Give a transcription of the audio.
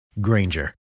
Granger